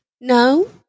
No